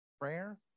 prayer